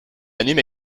anime